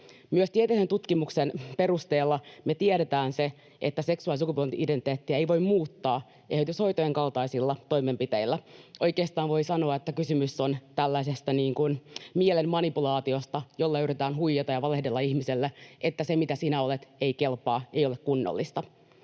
Myös tieteellisen tutkimuksen perusteella me tiedetään, että seksuaali- tai sukupuoli-identiteettiä ei voi muuttaa eheytyshoitojen kaltaisilla toimenpiteillä. Oikeastaan voi sanoa, että kysymys on mielen manipulaatiosta, jolla yritetään huijata ja valehdella ihmiselle, että se, mitä sinä olet, ei kelpaa ja ei ole kunnollista.